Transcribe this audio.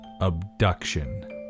abduction